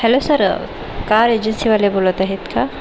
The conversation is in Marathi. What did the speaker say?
हॅलो सर कार एजन्सीवाले बोलत आहेत का